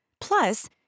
Plus